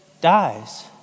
dies